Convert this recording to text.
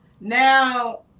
now